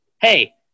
Hey